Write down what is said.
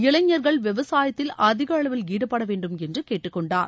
இளைஞர்கள் விவசாயத்தில் அதிக அளவில் ஈடுபட வேண்டும் என்று கேட்டுக்கொண்டார்